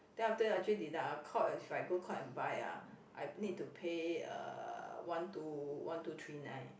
then after that actually deduct ah Courts is like go Courts and buy ah I need to pay uh one two one two three nine